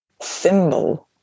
symbol